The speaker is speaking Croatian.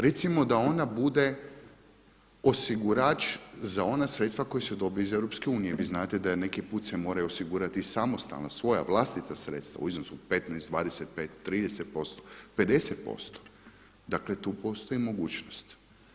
Recimo da ona bude osigurač za ona sredstva koja se dobiju iz EU, vi znate da neki put se moraju osigurati samostalna, svoja vlastita sredstva u iznosu od 15, 25, 30%, 50%, dakle tu postoji mogućnost.